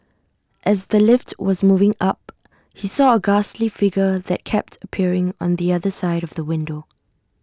as the lift was moving up he saw A ghastly figure that kept appearing on the other side of the window